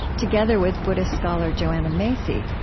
together with buddhist scholar joanna macy,